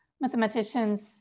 mathematicians